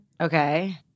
Okay